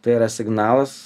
tai yra signalas